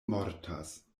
mortas